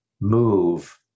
move